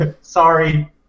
Sorry